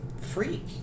freak